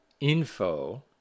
info